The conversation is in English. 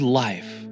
life